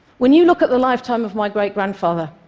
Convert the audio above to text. when you look at the lifetime of my great-grandfather,